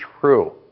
true